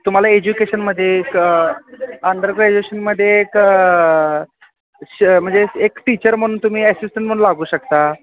तुम्हाला एज्युकेशनमध्ये एक अंडर ग्रॅज्युकेशनमध्ये एक श म्हणजे एक टीचर म्हणून तुम्ही ॲसिस्टंट म्हणून लागू शकता